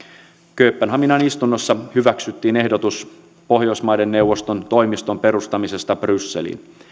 kööpenhaminan istunnossa hyväksyttiin ehdotus pohjoismaiden neuvoston toimiston perustamisesta brysseliin